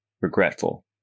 regretful